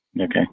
Okay